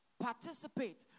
Participate